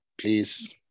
Please